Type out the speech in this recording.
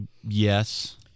Yes